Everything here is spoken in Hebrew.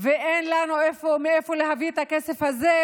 ואין לנו מאיפה להביא את הכסף הזה,